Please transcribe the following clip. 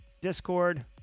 Discord